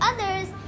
others